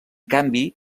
canvi